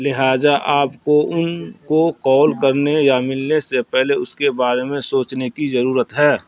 ِلہٰذا آپ کو ان کو کال کرنے یا ملنے سے پہلے اس کے بارے میں سوچنے کی ضرورت ہے